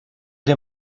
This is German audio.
der